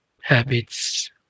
habits